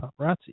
paparazzi